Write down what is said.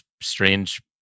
strange